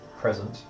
present